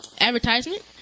advertisement